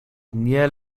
nie